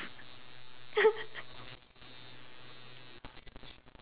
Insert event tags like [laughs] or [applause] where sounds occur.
[laughs]